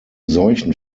solchen